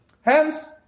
Hence